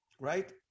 right